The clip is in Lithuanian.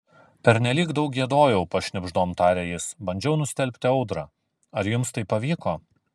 pernelyg daug giedojau pašnibždom taria jis bandžiau nustelbti audrą ar jums tai pavyko